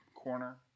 corner